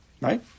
Right